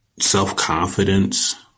self-confidence